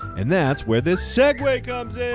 and that's where this segue comes in.